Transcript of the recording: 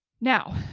Now